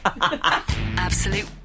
Absolute